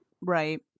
Right